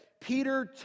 Peter